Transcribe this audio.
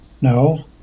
no